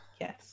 Yes